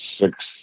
six